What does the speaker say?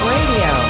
Radio